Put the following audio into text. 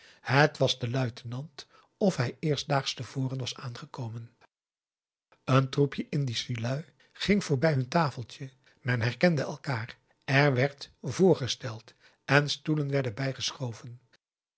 het was den luitenant of hij eerst daags te voren was aangekomen een troepje indische lui ging voorbij hun tafeltje men herkende elkaar er werd voorgesteld en stoelen werden bijgeschoven